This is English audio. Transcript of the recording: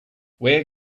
where